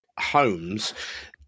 homes